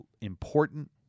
important